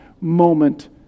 moment